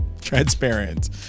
Transparent